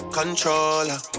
controller